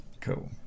cool